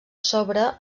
sobre